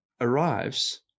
arrives